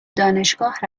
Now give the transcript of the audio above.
دانشگاه